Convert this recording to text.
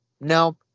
No